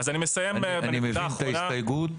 אני מבין את ההסתייגות,